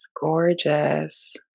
gorgeous